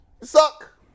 suck